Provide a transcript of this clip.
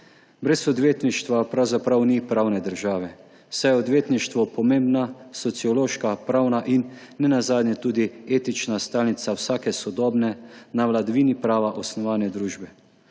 Brez odvetništva pravzaprav ni pravne države, saj je odvetništvo pomembna sociološka, pravna in ne nazadnje tudi etična stalnica vsake sodobne, na vladavini prava osnovane družbe.